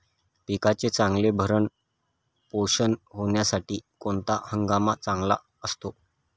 पिकाचे चांगले भरण पोषण होण्यासाठी कोणता हंगाम चांगला असतो?